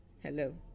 Hello